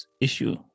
issue